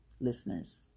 listeners